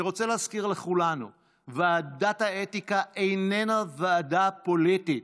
אני רוצה להזכיר לכולנו שוועדת האתיקה איננה ועדה פוליטית,